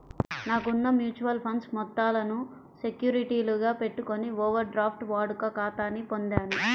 నాకున్న mutual funds మొత్తాలను సెక్యూరిటీలుగా పెట్టుకొని ఓవర్ డ్రాఫ్ట్ వాడుక ఖాతాని పొందాను